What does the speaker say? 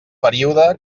període